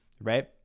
right